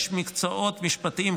יש מקצועות משפטיים,